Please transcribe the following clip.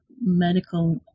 medical